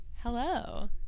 Hello